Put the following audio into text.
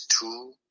two